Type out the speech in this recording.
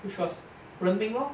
which was 人名 lor